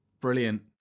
Brilliant